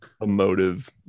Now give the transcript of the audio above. emotive